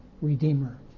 Redeemer